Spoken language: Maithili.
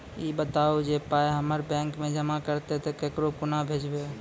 ई बताऊ जे पाय हमर बैंक मे जमा रहतै तऽ ककरो कूना भेजबै?